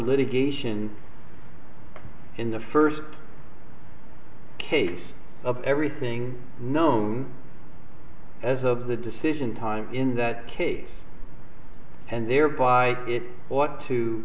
litigation in the first case of everything known as of the decision time in that case and thereby it ought to